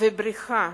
ובריחה